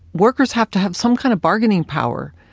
workers have to have some kind of bargaining power,